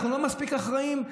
אנחנו לא מספיק אחראים.